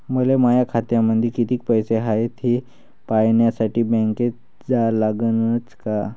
मले माया खात्यामंदी कितीक पैसा हाय थे पायन्यासाठी बँकेत जा लागनच का?